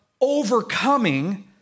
overcoming